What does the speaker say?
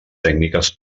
tècniques